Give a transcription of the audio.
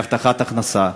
מהבטחת הכנסה.